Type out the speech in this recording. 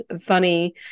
funny